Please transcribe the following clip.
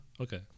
Okay